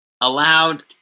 allowed